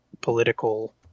political